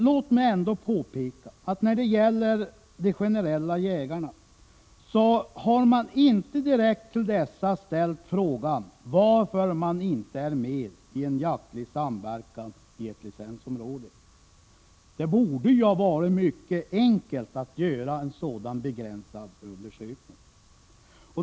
Låt mig ändå påpeka att när det gäller ”generelljägarna” så har man inte direkt till dessa ställt frågan varför de inte är med i en jaktlig samverkan i ett licensområde. Det borde ju ha varit mycket enkelt att göra en sådan begränsad undersökning.